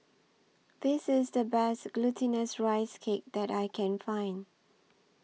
This IS The Best Glutinous Rice Cake that I Can Find